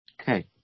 Okay